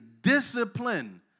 discipline